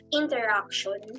interaction